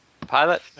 Pilot